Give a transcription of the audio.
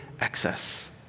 excess